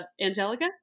Angelica